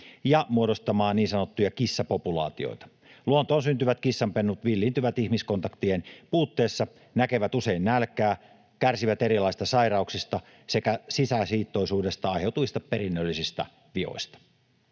ja muodostamaan niin sanottuja kissapopulaatioita. Luontoon syntyvät kissanpennut villiintyvät ihmiskontaktien puutteessa, näkevät usein nälkää ja kärsivät erilaisista sairauksista sekä sisäsiittoisuudesta aiheutuvista perinnöllisistä vioista.